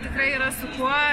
tikrai yra su kuo